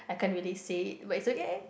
I can't really say it but is okay